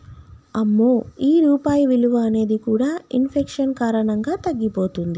అమ్మో ఈ రూపాయి విలువ అనేది కూడా ఇన్ఫెక్షన్ కారణంగా తగ్గిపోతుంది